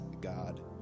God